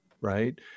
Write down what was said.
Right